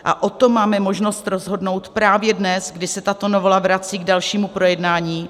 A o tom máme možnost rozhodnout právě dnes, kdy se tato novela vrací k dalšímu projednání.